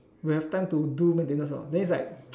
will have time to do maintenance or not then it's like